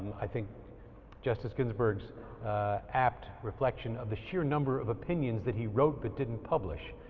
i think justice ginsburg's apt reflection of the sheer number of opinions that he wrote but didn't publish,